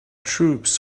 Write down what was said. troops